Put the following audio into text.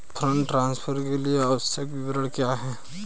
Fund transfer के लिए आवश्यक विवरण क्या हैं?